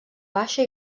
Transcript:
baixa